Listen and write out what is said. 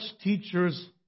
teachers